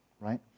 right